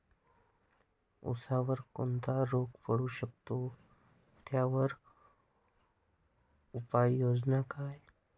ऊसावर कोणता रोग पडू शकतो, त्यावर उपाययोजना काय?